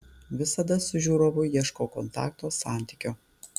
visada su žiūrovu ieškau kontakto santykio